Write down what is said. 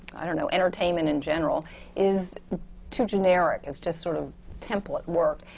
i don't know, entertainment in general is too generic, is just sort of template work.